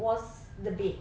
was the bed